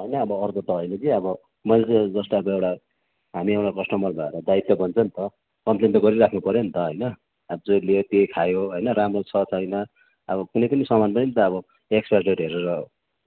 होइन अब अर्को त होइन कि अब मैले चाहिँ जस्ट अब एउटा हामी एउटा कस्टमर भएर दायित्व त बन्छ नि त कम्पेल्न त गरिराख्नु पर्यो नि त होइन जे ल्यायो त्यही खायो होइन राम्रो छ छैन अब कुनै पनि सामान पनि त अब एक्सपायर डेट हेरेर